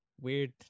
weird